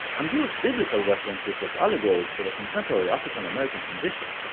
and used biblical references as allegories for the contemporary african-american condition,